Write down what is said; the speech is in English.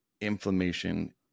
inflammation